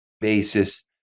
basis